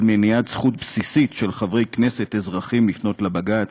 של מניעת זכות בסיסית של חברי כנסת אזרחים לפנות לבג"ץ,